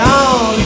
on